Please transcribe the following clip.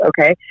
okay